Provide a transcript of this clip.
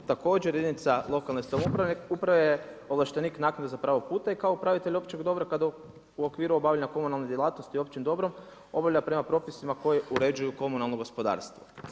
Također, jedinica lokalne samouprave je ovlaštenik naknade za pravo puta i kao upravitelj općeg dobra kada u okviru obavlja komunalne djelatnosti općim dobrom, obavlja prema propisima koje uređuju komunalno gospodarstvo.